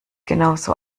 genauso